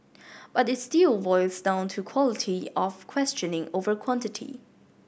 but it still boils down to quality of questioning over quantity